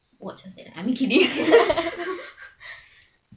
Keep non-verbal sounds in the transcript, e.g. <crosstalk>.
I mean keep it <laughs>